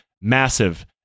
massive